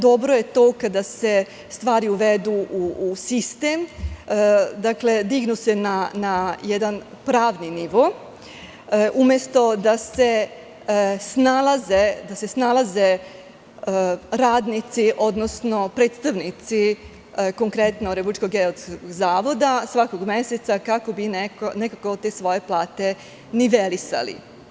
Dobro je to kada se stvari uvedu u sistem, dignu se na jedan pravni nivo, umesto da se snalaze radnici, odnosno predstavnici konkretno RGZ svakog meseca kako bi nekako te svoje plate nivelisali.